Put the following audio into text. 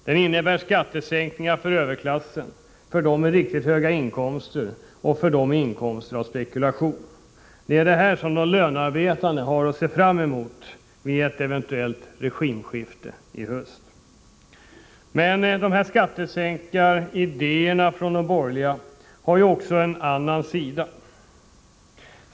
Den innebär skattesänkningar för överklassen, för dem med riktigt höga inkomster och för dem med inkomster av spekulationsvinster. Det är vad de lönearbetande har att se fram emot vid ett eventuellt regimskifte i höst. Dessa skattesänkaridéer från de borgerliga partierna har emellertid också en annan sida.